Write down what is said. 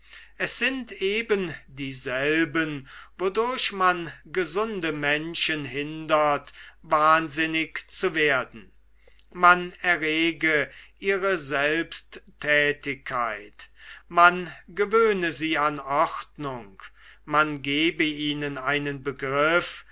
es sind ebendieselben wodurch man gesunde menschen hindert wahnsinnig zu werden man errege ihre selbsttätigkeit man gewöhne sie an ordnung man gebe ihnen einen begriff